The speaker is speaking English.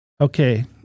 Okay